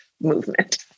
movement